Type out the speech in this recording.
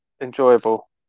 enjoyable